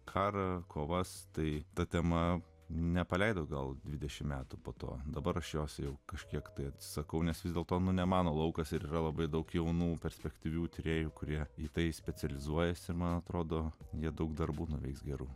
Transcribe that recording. karo kovas tai ta tema nepaleido gal dvidešimt metų po to dabar šios jau kažkiek tai atsakau nes vis dėlto nu ne mano laukas yra labai daug jaunų perspektyvių tyrėjų kurie į tai specializuojasi man atrodo nedaug darbų nuveiks geru